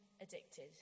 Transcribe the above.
addicted